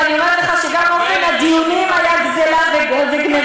ואני אומרת לך שגם אופן הדיונים היה גזלה וגנבה.